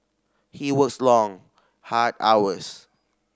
he works long hard hours